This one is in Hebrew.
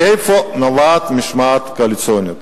מאיפה נובעת המשמעת הקואליציונית?